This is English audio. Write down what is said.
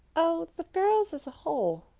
oh, the girls as a whole.